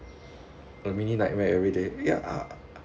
a mini nightmare everyday ya ah